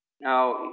Now